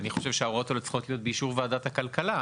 אני חושב שההוראות האלה צריכות להיות באישור ועדת הכלכלה,